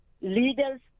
leaders